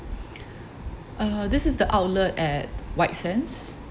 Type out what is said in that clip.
uh this is the outlet at white sands